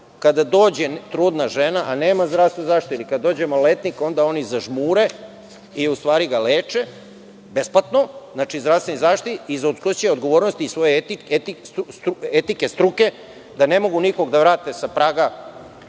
kada dođe trudna žena a nema zdravstvenu zaštitu ili kada dođe maloletnik onda oni zažmure i u stvari ga leče besplatno. Znači, zdravstvenoj zaštiti iz koje će odgovornost svoje etike, struke, da ne mogu nikog da vrate sa praga